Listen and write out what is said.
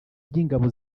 ry’ingabo